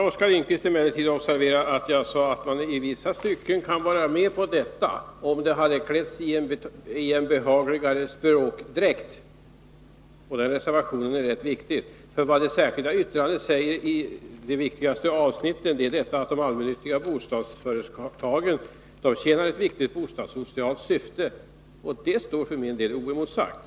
Oskar Lindkvist skall emellertid observera att jag sade att jag i vissa stycken kunde vara med på detta, nämligen om det kläddes i en behagligare språkdräkt— och den reservationen är rätt viktig. Vad som sägs i det särskilda yttrandet i det viktigaste avsnittet är att de allmännyttiga bostadsföretagen tjänar ett viktigt bostadssocialt syfte, och det står för min del oemotsagt.